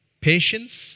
Patience